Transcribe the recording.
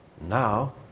Now